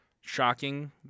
shocking